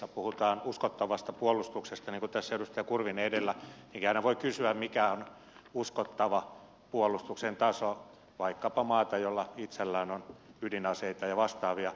kun puhutaan uskottavasta puolustuksesta niin kuin tässä edustaja kurvinen edellä niin aina voi kysyä mikä on uskottava puolustuksen taso vaikkapa maa jolla itsellään on ydinaseita ja vastaavia